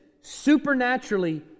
supernaturally